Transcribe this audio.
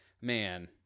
man